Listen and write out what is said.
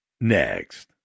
next